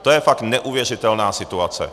To je fakt neuvěřitelná situace.